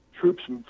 troops